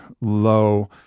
low